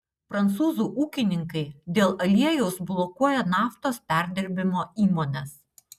prancūzų ūkininkai dėl aliejaus blokuoja naftos perdirbimo įmones